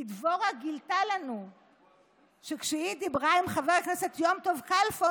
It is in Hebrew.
כי דבורה גילתה לנו שכשהיא דיברה עם חבר הכנסת יום טוב כלפון,